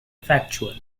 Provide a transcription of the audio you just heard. factual